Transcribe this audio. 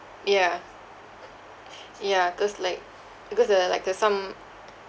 yeah yeah cause like because uh like there're some